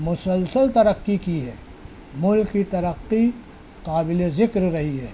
مسلسل ترقی کی ہے ملک کی ترقی قابل ذکر رہی ہے